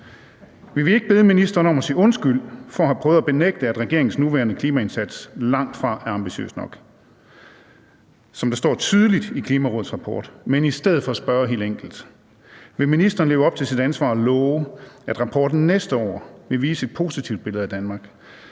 vil vi ikke bede ministeren om at sige undskyld for at have prøvet at benægte, at regeringens nuværende klimaindsats langtfra er ambitiøs nok, som der står tydeligt i Klimarådets rapport, men i stedet spørge helt enkelt: Vil ministeren leve op til sit ansvar og love, at rapporten næste år vil vise et positivt billede af et Danmark,